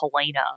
Helena